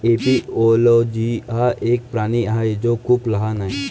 एपिओलोजी हा एक प्राणी आहे जो खूप लहान आहे